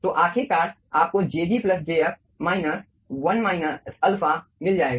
तो आखिरकार आपको jg plus jf minus 1 alpha मिल जाएगा